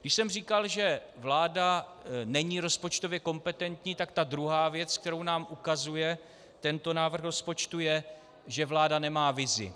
Když jsem říkal, že vláda není rozpočtově kompetentní, tak ta druhá věc, kterou nám ukazuje tento návrh rozpočtu, je, že vláda nemá vizi.